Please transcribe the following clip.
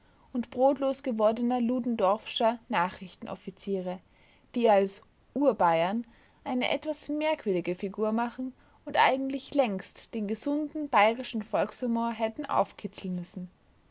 und brotlos gewordener ludendorffscher nachrichtenoffiziere die als urbayern eine etwas merkwürdige figur machen und eigentlich längst den gesunden bayerischen volkshumor hätten aufkitzeln müssen